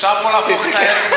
אפשר פה להפוך את העסק,